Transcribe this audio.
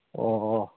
ꯑꯣ